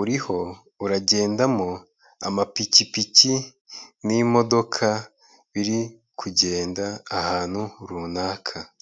uriho uragendamo amapikipiki n'imodoka biri kugenda ahantu runaka.